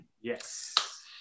Yes